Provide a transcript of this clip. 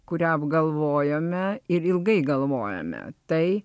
kurią apgalvojome ir ilgai galvojome tai